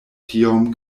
tiom